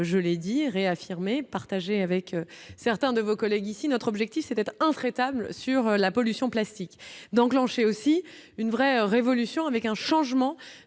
je l'ai dit réaffirmé partager avec certains de vos collègues ici, notre objectif c'était entrer tablent sur la pollution plastique d'enclencher aussi une vraie révolution avec un changement